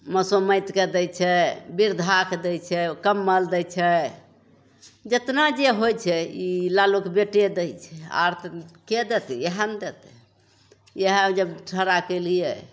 मसौमातके दै छै वृृद्धाके दै छै कम्बल दै छै जतना जे होइ छै ई लालूके बेटे दै छै आओर तऽ के देतै इएह ने देतै इएह जब ठड़ा कएलिए